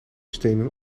stenen